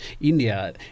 India